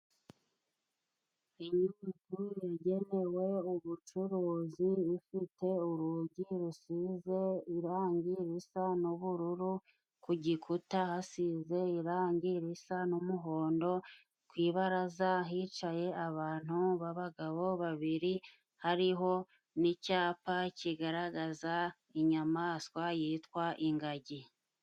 Inyubako yagenewe ubucuruzi ifite urugi rusize irangi risa n'ubururu , ku gikuta hasize irangi risa n'umuhondo , ku ibaraza hicaye abantu b'abagabo babiri , hariho n'icyapa kigaragaza inyamaswa yitwa ingagi.